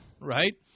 right